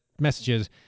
messages